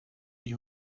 die